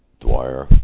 Dwyer